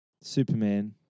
Superman